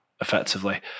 effectively